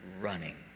running